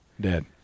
dead